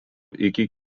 iki